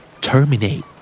Terminate